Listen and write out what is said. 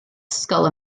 ysgol